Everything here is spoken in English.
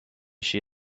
she